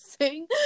sing